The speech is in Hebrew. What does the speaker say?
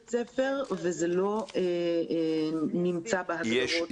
ספר" וזה לא נמצא בהגדרות שבפתח התקנות.